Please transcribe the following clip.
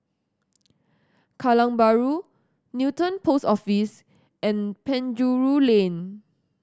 Kallang Bahru Newton Post Office and Penjuru Lane